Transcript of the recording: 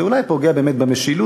זה אולי פוגע אולי באמת במשילות,